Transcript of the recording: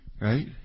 Right